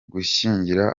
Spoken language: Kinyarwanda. gushyingira